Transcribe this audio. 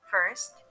First